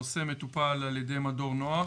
הנושא מטופל על ידי מדור נוער,